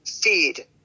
feed